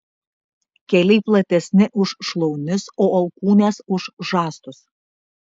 keliai platesni už šlaunis o alkūnės už žastus